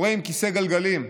עם כיסא גלגלים?